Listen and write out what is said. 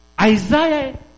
Isaiah